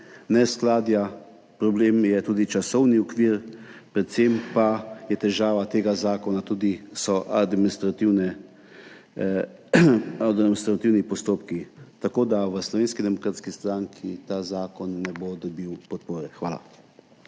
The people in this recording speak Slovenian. neskladja, problem je tudi časovni okvir, predvsem pa so težava tega zakona tudi administrativni postopki, tako da v Slovenski demokratski stranki ta zakon ne bo dobil podpore. Hvala.